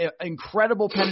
incredible